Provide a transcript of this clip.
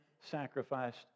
sacrificed